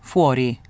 Fuori